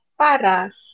para